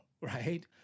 right